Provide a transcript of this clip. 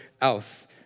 else